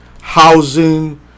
housing